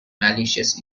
malicious